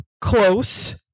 close